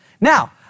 Now